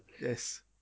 Yes